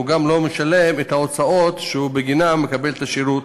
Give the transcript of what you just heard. הוא גם לא משלם את ההוצאות שבגינן הוא מקבל את השירות.